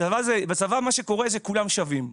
בצבא כולם שווים.